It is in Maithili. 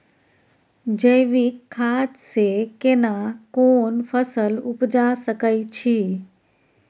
जैविक खाद से केना कोन फसल उपजा सकै छि?